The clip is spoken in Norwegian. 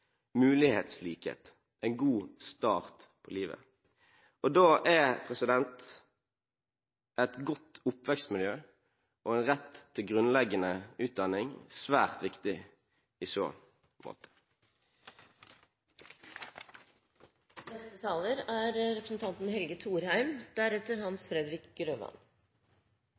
mulighetslikhet – en god start på livet. Da er et godt oppvekstmiljø og en rett til grunnleggende utdanning svært viktig i så